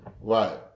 Right